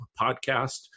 podcast